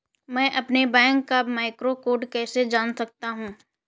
मैं अपने बैंक का मैक्रो कोड कैसे जान सकता हूँ?